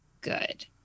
good